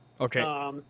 Okay